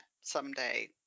someday